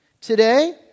today